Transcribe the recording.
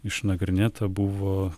išnagrinėta buvo